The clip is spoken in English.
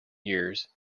years